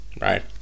Right